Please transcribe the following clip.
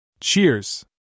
Cheers